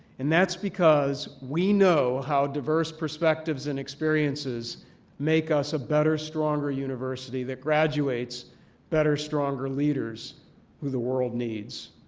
and that's because we know how diverse perspectives and experiences make us a better, stronger university that graduates better, stronger leaders who the world needs.